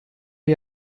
wir